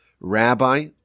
Rabbi